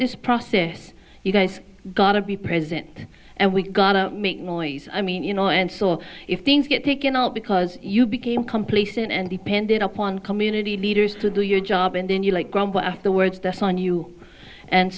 this process you guys gotta be present and we've got to make noise i mean you know and so if things get taken out because you became complacent and depended upon community leaders to do your job and then you like grumble afterwards that's on you and